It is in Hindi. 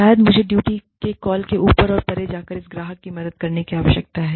शायद मुझे ड्यूटी के कॉल से ऊपर और परे जाकर इस ग्राहक मदद करने की आवश्यकता है